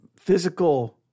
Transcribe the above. physical